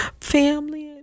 family